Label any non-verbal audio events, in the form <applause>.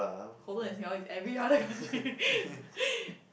colder than Singapore is every other country <laughs>